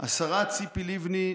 השרה ציפי לבני,